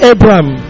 Abraham